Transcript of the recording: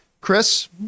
chris